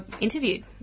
interviewed